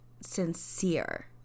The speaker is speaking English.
sincere